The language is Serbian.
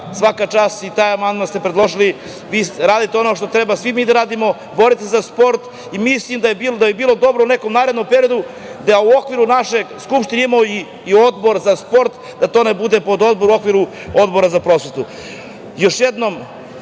svaka čast za taj amandman što ste predložili. Vi radite ono što treba svi mi da radimo, borite se za sport. Mislim da bi bilo dobro u nekom narednom periodu da u okviru naše Skupštine imamo i odbor za sport, da to ne bude pododbor u okviru Odbora za prosvetu. Još jednom,